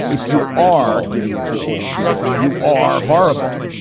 if you are giving it to old people, you are horrible.